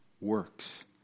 works